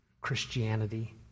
Christianity